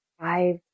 five